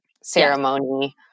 ceremony